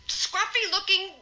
scruffy-looking